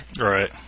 Right